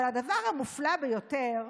אבל הדבר המופלא ביותר,